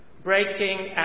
breaking